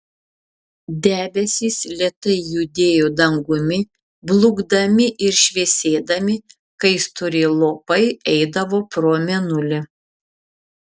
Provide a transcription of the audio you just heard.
debesys lėtai judėjo dangumi blukdami ir šviesėdami kai stori lopai eidavo pro mėnulį